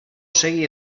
segi